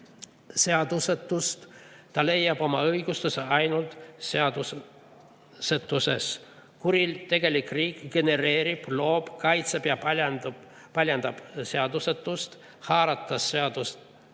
Ta leiab oma õigustust ainult seadusetuses. Kuritegelik riik genereerib, loob, kaitseb ja väljendab seadusetust, haarates seadusetuse